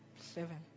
Seven